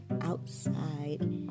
outside